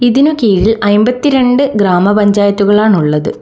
ഇതിനു കീഴിൽ അമ്പത്തിരണ്ട് ഗ്രാമ പഞ്ചായത്തുകളാണുള്ളത്